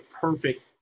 perfect